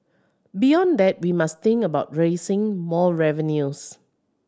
beyond that we must think about raising more revenues